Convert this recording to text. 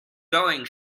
going